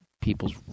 people's